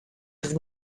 have